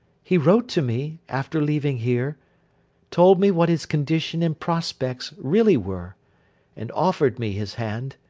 he wrote to me, after leaving here told me what his condition and prospects really were and offered me his hand.